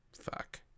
Fuck